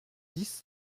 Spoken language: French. dix